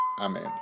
amen